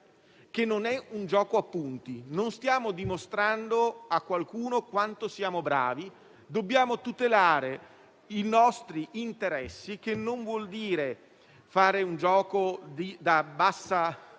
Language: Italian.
non è un gioco a punti; non stiamo dimostrando a qualcuno quanto siamo bravi. Dobbiamo tutelare i nostri interessi, il che non vuol dire fare un gioco da